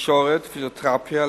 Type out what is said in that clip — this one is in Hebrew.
תקשורת ופיזיותרפיה,